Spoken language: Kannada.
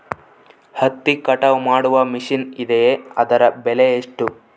ಹತ್ತಿ ಕಟಾವು ಮಾಡುವ ಮಿಷನ್ ಇದೆಯೇ ಅದರ ಬೆಲೆ ಎಷ್ಟು?